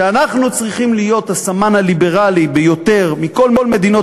שאנחנו צריכים להיות הסמן הליברלי ביותר מכל מדינות